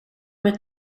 med